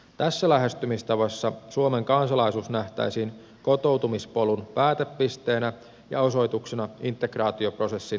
tässä lähestymistavassa suomen kansalaisuus nähtäisiin kotoutumispolun päätepisteenä ja osoituksena integraatioprosessin täyttymisestä